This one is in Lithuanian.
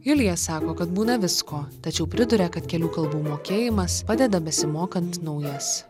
julija sako kad būna visko tačiau priduria kad kelių kalbų mokėjimas padeda besimokant naujas